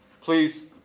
Please